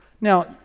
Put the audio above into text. Now